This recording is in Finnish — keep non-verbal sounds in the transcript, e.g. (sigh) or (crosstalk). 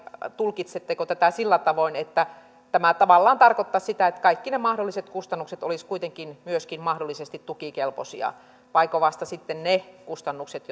tulkitsetteko tätä sillä tavoin että tämä tavallaan tarkoittaisi sitä että kaikki ne mahdolliset kustannukset olisivat kuitenkin myöskin mahdollisesti tukikelpoisia vaiko vasta sitten ne kustannukset (unintelligible)